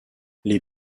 les